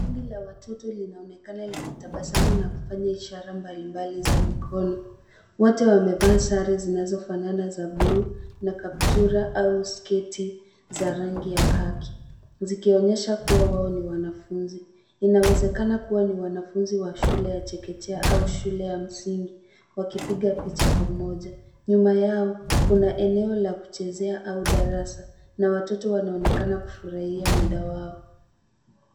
Kundi la watoto linaonekana likitabasamu na kufanya ishara mbalimbali za mikono. Wote wamevaa sare zinazofanana za buluu na kaptula au sketi za rangi ya khaki, zikionyesha kuwa wao ni wanafunzi. Inawezekana kuwa wao ni wanafunzi wa shule ya chekechea au shule ya msingi wakipiga picha pamoja. Nyuma yao, kuna eneo la kuchezea au darasa na watoto wanaonekana kufurahia muda wao.